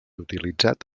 utilitzat